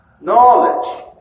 knowledge